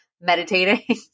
meditating